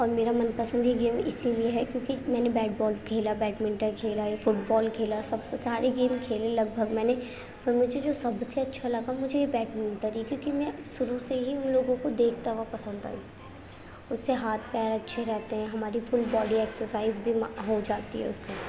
اور میرا من پسند ہی گیم اسی لیے ہے کیونکہ میں نے بیٹ بال کھیلا بیٹمنٹن کھیلا ہے فٹ بال کھیلا سب کچھ سارے گیم کھیلے لگ بھگ میں نے پر مجھے جو سب سے اچھا لگا مجھے یہ بیٹمنٹن ہی کیونکہ میں شروع سے ہی ان لوگوں کو دیکھتا ہوا پسند آئی اس سے ہاتھ پیر اچھے رہتے ہیں ہماری فل باڈی ایکسرسائز بھی ما ہو جاتی ہے اس سے